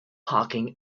parking